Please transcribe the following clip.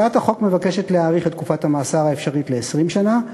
הצעת החוק מבקשת להאריך את תקופת המאסר האפשרית ל-20 שנה.